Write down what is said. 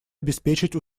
обеспечить